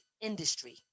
industry